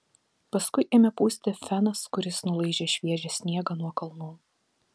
paskui ėmė pūsti fenas kuris nulaižė šviežią sniegą nuo kalnų